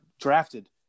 drafted